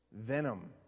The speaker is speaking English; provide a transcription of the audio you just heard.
venom